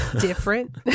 Different